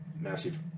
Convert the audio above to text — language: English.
massive